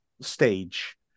stage